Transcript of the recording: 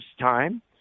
time